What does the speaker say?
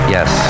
Yes